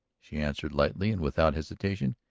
she answered lightly and without hesitation.